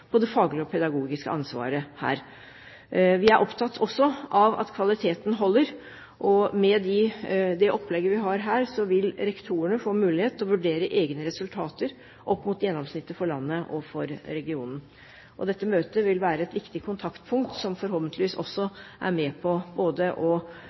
det faglige og det pedagogiske ansvaret her. Vi er også opptatt av kvaliteten i opplæringen. Med dette opplegget vil rektorene få mulighet til å vurdere egne resultater opp mot gjennomsnittet for landet og for regionen. Disse møtene er et viktig kontaktpunkt, som forhåpentligvis også er med på både å øke interessen og